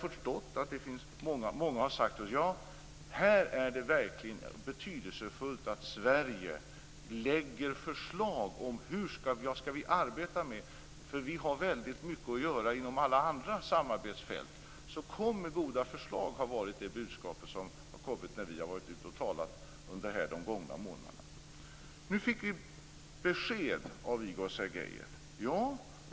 Många har sagt att här är det verkligen betydelsefullt att Sverige lägger fram förslag om hur vi skall göra och vad vi skall arbeta med. Vi har väldigt mycket att göra med alla andra samarbetsfält. Kom med goda förslag! Det har varit budskapet när vi har varit ute och talat om det här de gångna månaderna. Nu fick vi besked av Igor Sergejev.